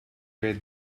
were